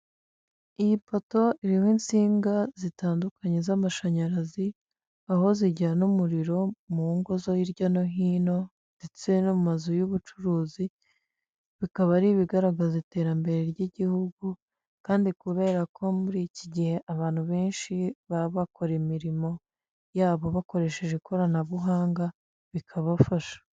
Iyi poto iriho insinga zitandukanye z'amashanyarazi, aho zijyana umuriro mu ngo zo hirya no hino, ndetse no mu mazu y'ubucuruzi. Bikaba ar'ibigaragaza iterambere ry'igihugu, kandi kubera ko muriki gihe abantu benshi baba bakora imirimo yabo bakoresheje ikoranabuhanga, bikabafasha.